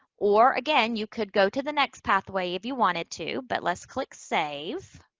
or again, you could go to the next pathway if you wanted to. but let's click save.